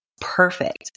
perfect